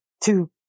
two